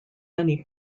many